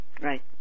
Right